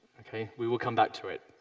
okay, we will come back to it.